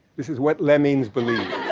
this is what lemmings believe.